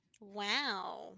Wow